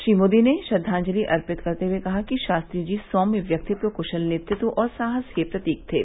श्री मोदी ने श्रद्वांजलि अर्पित करते हए कहा कि शास्त्री जी सौम्य व्यक्तित्व क्शल नेतृत्व और साहस के प्रतीक थे